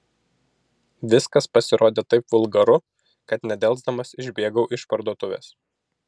viskas pasirodė taip vulgaru kad nedelsdamas išbėgau iš parduotuvės